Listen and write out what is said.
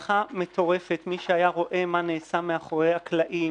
מי שהיה רואה מה נעשה מאחורי הקלעים,